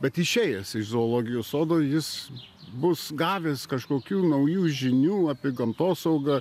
bet išėjęs iš zoologijos sodo jis bus gavęs kažkokių naujų žinių apie gamtosaugą